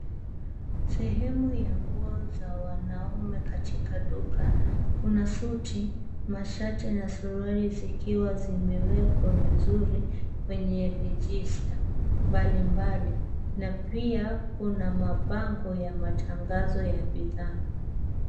Sehemu ya nguo za wanaume katika duka. Kuna suti, mashati na suruali zikiwa zimewekwa vizuri kwenye register mbalimbali na pia kuna mabango ya matangazo ya bidhaa.